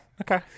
Okay